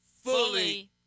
Fully